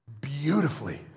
beautifully